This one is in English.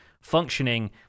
functioning